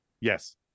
yes